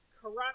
corrupt